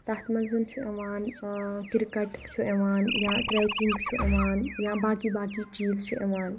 تَتھ منٛز چھُ یِوان کِرکَٹ چھُ یِوان یا ٹریٚکِنٛگ چھُ یِوان یا باقٕے باقٕے چیٖز چھُ یِوان